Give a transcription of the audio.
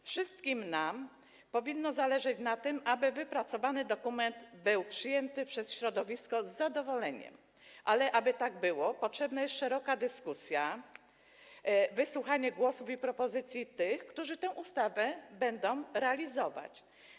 Wszystkim nam powinno zależeć na tym, aby wypracowany dokument został przyjęty przez środowisko z zadowoleniem, ale aby tak było, potrzebna jest szeroka dyskusja, wysłuchanie głosu i propozycji tych, którzy tę ustawę będą realizować.